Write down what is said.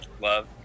love